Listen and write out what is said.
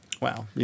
Wow